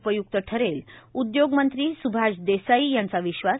उपय्क्त ठरेल उदयोगमंत्री सुभाष देसाई यांचा विश्वास